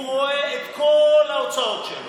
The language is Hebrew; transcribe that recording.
הוא רואה את כל ההוצאות שלו